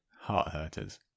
heart-hurters